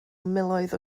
miloedd